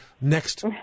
next